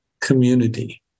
community